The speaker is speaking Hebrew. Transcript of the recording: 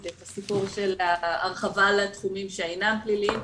את ההרחבה לתחומים שאינם פליליים,